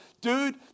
dude